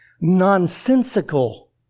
nonsensical